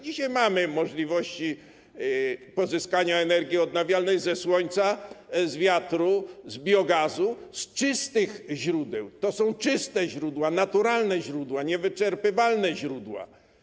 Dzisiaj mamy możliwości pozyskania energii odnawialnej ze słońca, z wiatru, z biogazu, z czystych źródeł - to są czyste źródła, naturalne źródła, niewyczerpywalne źródła.